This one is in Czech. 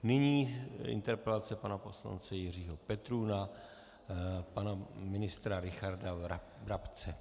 Nyní interpelace pana poslance Jiřího Petrů na pana ministra Richarda Brabce.